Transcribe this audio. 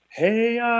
Hey